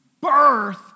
birth